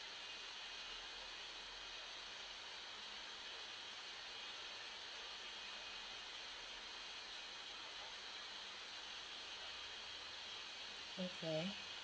okay